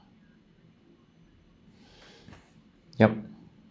yup